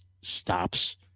stops